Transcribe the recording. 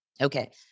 Okay